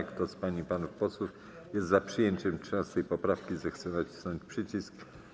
Kto z pań i panów posłów jest za przyjęciem 13. poprawki, zechce nacisnąć przycisk.